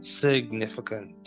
significant